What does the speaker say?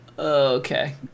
Okay